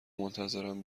منتظرم